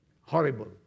horrible